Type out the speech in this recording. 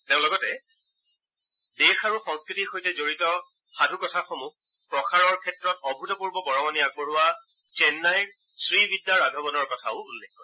তেওঁ লগতে দেশ আৰু সংস্কৃতিৰ সৈতে জড়িত সাধুকথাসমূহ প্ৰসাৰৰ ক্ষেত্ৰত অভূতপূৰ্ব বৰঙণি আগবঢ়োৱা চেন্নাইৰ শ্ৰীবিদ্যা ৰাঘৱনৰ কথা উল্লেখ কৰে